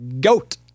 goat